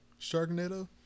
Sharknado